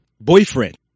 boyfriend